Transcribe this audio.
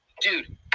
Dude